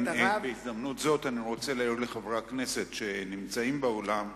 בהזדמנות זו אני רוצה להעיר לחברי הכנסת שנמצאים באולם,